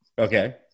okay